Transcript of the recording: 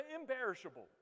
imperishable